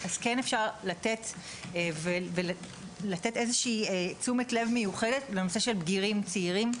אז כן אפשר לתת תשומת לב מיוחדת לנושא של בגירים צעירים.